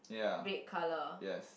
red colour